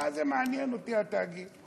מה זה מעניין אותי, התאגיד?